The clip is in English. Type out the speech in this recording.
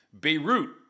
Beirut